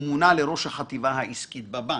הוא מונה לראש החטיבה העסקית בבנק.